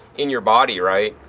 in your body, right.